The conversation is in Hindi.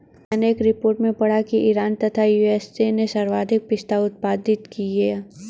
मैनें एक रिपोर्ट में पढ़ा की ईरान तथा यू.एस.ए ने सर्वाधिक पिस्ता उत्पादित किया